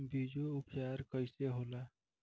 बीजो उपचार कईसे होला?